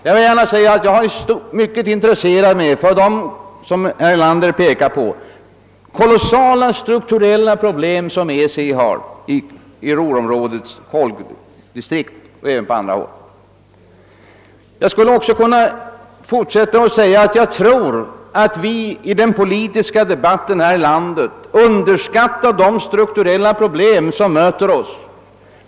Jag har själv intresserat mig mycket för de problem som herr Erlander pekade på, t.ex. de oerhört stora strukturella problem som EEC möter när det gäller koldistrikten i Ruhrområdet och på andra håll. I den politiska debatten här i landet underskattar vi säkert de strukturella problem som kan möta oss själva.